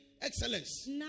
excellence